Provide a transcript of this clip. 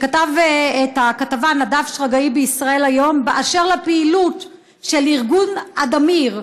כתבה שכתב נדב שרגאי בישראל היום באשר לפעילות של ארגון אדמיר,